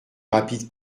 rapide